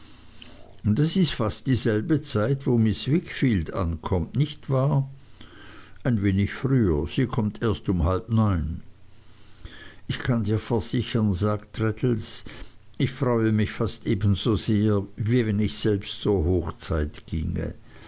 das ist fast dieselbe zeit wo miß wickfield ankommt nicht wahr ein wenig früher sie kommt erst um halb neun ich kann dir versichern sagt traddles ich freue mich fast ebenso sehr wie wenn ich selbst zur hochzeit ginge